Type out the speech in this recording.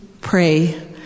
Pray